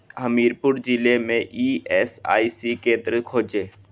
हमीरपुर जिले में E S I C केंद्र खोजें